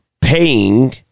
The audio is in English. paying